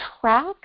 track